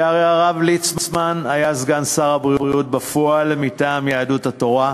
שהרי הרב ליצמן היה סגן שר הבריאות בפועל מטעם יהדות התורה,